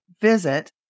visit